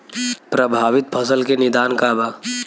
प्रभावित फसल के निदान का बा?